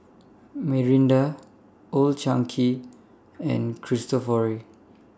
Mirinda Old Chang Kee and Cristofori